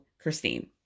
Christine